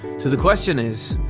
so the question is,